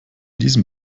diesem